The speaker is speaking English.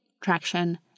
traction